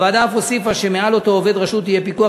הוועדה אף הוסיפה שמעל אותו עובד רשות יהיה פיקוח,